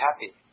happy